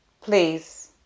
please